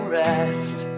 rest